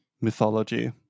mythology